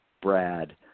Brad